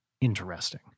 interesting